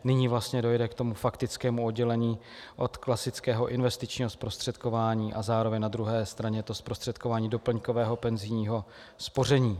Nyní dojde k tomu faktickému oddělení od klasického investičního zprostředkování a zároveň na druhé straně to zprostředkování doplňkového penzijního spoření.